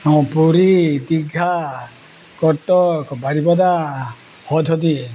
ᱱᱚᱣᱟ ᱯᱩᱨᱤ ᱫᱤᱜᱷᱟ ᱠᱚᱴᱚᱠ ᱵᱟᱨᱤᱯᱟᱫᱟ ᱦᱚᱫᱽᱚᱫᱤ